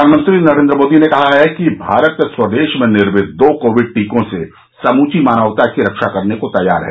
प्रधानमंत्री नरेन्द्र मोदी ने कहा है कि भारत स्वदेश में निर्मित दो कोविड टीकों से समूची मानवता की रक्षा करने को तैयार है